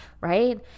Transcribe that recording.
right